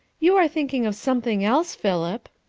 you are thinking of something else, philip,